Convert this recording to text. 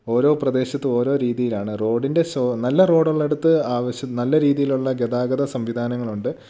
ഓരോ പ്രദേശത്തും ഓരോ രീതീയിലാണ് റോഡിൻ്റെ ശോ നല്ല റോഡുള്ളിടത്ത് ആവശ്യം നല്ല രീതിയിലുള്ള ഗതാഗത സംവിധാനങ്ങളുണ്ട്